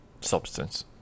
substance